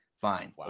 Fine